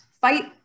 fight